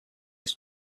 this